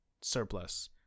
surplus